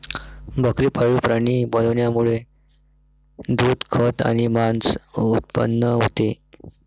बकरी पाळीव प्राणी बनवण्यामुळे दूध, खत आणि मांस उत्पन्न होते